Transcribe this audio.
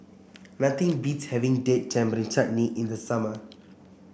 nothing beats having Date Tamarind Chutney in the summer